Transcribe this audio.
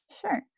Sure